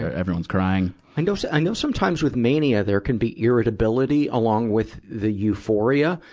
everyone's crying. i know, so i know sometimes with mania, there can be irritability along with the euphoria.